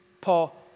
Paul